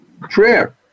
Prayer